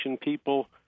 people